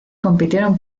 compitieron